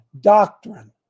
doctrine